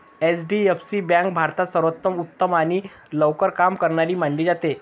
HDFC bank भारतात सर्वांत उत्तम आणि लवकर काम करणारी मानली जाते